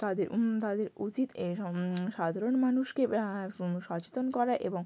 তাদের তাদের উচিত এসব সাধারণ মানুষকে সচেতন করা এবং